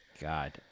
God